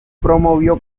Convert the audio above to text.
promovió